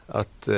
att